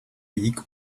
week